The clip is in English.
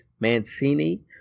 Mancini